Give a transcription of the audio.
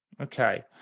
Okay